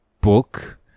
book